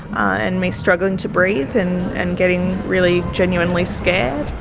and me struggling to breathe and and getting really genuinely scared.